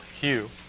hue